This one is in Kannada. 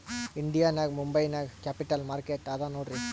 ಇಂಡಿಯಾ ನಾಗ್ ಮುಂಬೈ ನಾಗ್ ಕ್ಯಾಪಿಟಲ್ ಮಾರ್ಕೆಟ್ ಅದಾ ನೋಡ್ರಿ